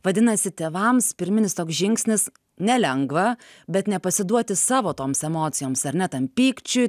vadinasi tėvams pirminis toks žingsnis nelengva bet nepasiduoti savo toms emocijoms ar ne tam pykčiui